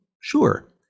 Sure